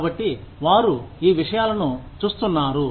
కాబట్టి వారు ఈ విషయాలను చూస్తున్నారు